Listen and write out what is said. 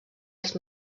els